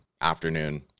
afternoon